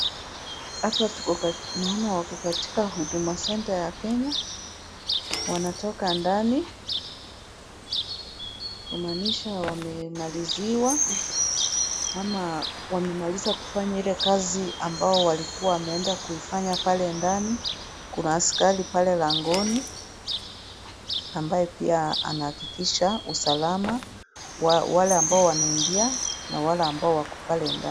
Hapa naona wako katika Huduma Centre ya Kenya. Wanatoka ndani kumaanisha wamemaliziwa ama wamemaliza kufanya ile kazi ambayo walikuwa wameenda kuifanya pale ndani. Kuna askari pale langoni ambaye pia anahakikisha usalama wa wale ambao wanaingia na wale ambao wako pale ndani.